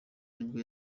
nibwo